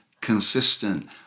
consistent